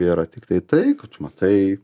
yra tiktai tai kad tu matai